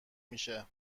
میشه